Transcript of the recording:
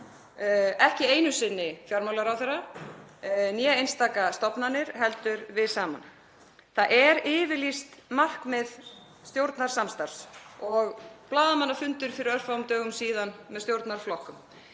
ekki einu sinni fjármálaráðherra eða einstaka stofnanir, heldur við saman. Það er yfirlýst markmið stjórnarsamstarfs og á blaðamannafundi fyrir örfáum dögum síðan með stjórnarflokkum